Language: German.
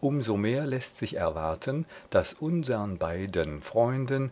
um so mehr läßt sich erwarten daß unsern beiden freunden